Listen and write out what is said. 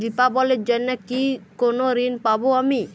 দীপাবলির জন্য কি কোনো ঋণ পাবো আমি?